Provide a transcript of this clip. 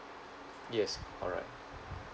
yes correct